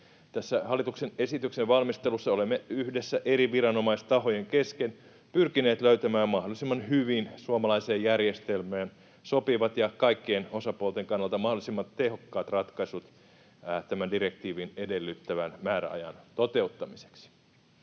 hallituksen esityksen valmistelussa olemme yhdessä eri viranomaistahojen kesken pyrkineet löytämään mahdollisimman hyvin suomalaiseen järjestelmään sopivat ja kaikkien osapuolten kannalta mahdollisimman tehokkaat ratkaisut tämän direktiivin edellyttämän määräajan toteuttamiseksi.